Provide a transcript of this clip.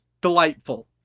delightful